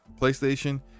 PlayStation